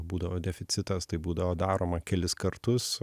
būdavo deficitas tai būdavo daroma kelis kartus